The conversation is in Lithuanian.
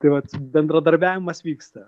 tai vat bendradarbiavimas vyksta